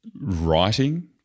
writing